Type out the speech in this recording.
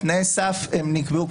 תנאי הסף נקבעו,